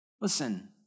Listen